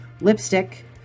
lipstick